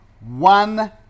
one